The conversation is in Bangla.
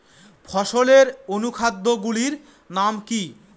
ফসলের অনুখাদ্য গুলির নাম কি?